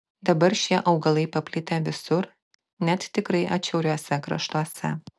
dabar šie augalai paplitę visur net tikrai atšiauriuose kraštuose